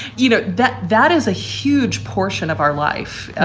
you know that that is a huge portion of our life.